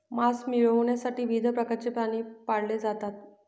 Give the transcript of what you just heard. मांस मिळविण्यासाठी विविध प्रकारचे प्राणी पाळले जातात